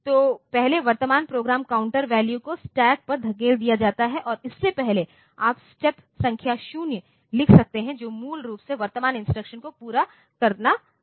तो पहले वर्तमान प्रोग्राम काउंटर वैल्यू को स्टैक पर धकेल दिया जाता है और इससे पहले आप स्टेप संख्या 0 लिख सकते हैं जो मूल रूप से वर्तमान इंस्ट्रक्शन को पूरा करना है